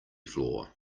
floor